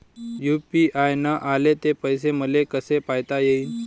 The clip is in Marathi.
यू.पी.आय न आले ते पैसे मले कसे पायता येईन?